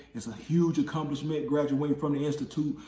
it's a huge accomplishment graduating from the institute.